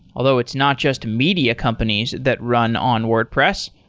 although it's not just media companies that run on wordpress.